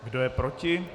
Kdo je proti?